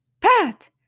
Pat